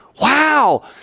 Wow